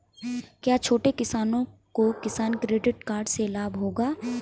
क्या छोटे किसानों को किसान क्रेडिट कार्ड से लाभ होगा?